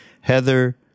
Heather